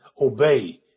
obey